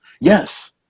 Yes